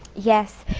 yes,